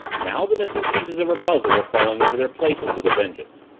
now the missing pieces of her puzzle were falling into their places with a vengeance.